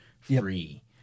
free